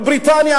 בריטניה,